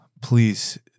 please